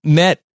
met